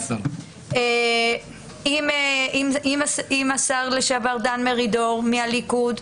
עם השר לשעבר דן מרידור מהליכוד,